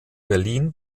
berlin